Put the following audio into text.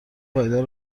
پایدار